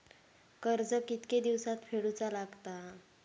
कर्ज कितके दिवसात फेडूचा लागता?